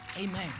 amen